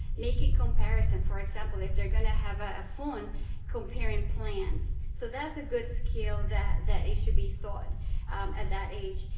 making comparisons for example if they're going to have a phone comparing plans. so that's a good skill that that it should be taught at that age.